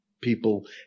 people